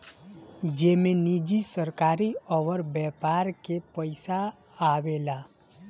जेमे निजी, सरकारी अउर व्यापार के पइसा आवेला